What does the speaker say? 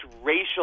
racial